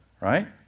Right